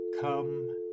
Come